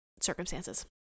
circumstances